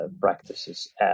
practices